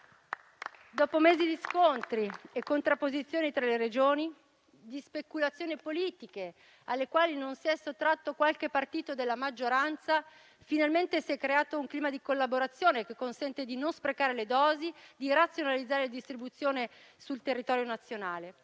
Dopo mesi di scontri e contrapposizioni tra le Regioni, di speculazioni politiche alle quali non si è sottratto qualche partito della maggioranza, finalmente si è creato un clima di collaborazione, che consente di non sprecare le dosi e di razionalizzare la distribuzione sul territorio nazionale.